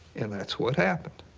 and that's what happened.